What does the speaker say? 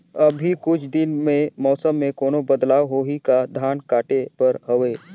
अभी कुछ दिन मे मौसम मे कोनो बदलाव होही का? धान काटे बर हवय?